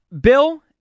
Bill—